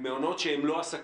למעונות שהם לא עסקים,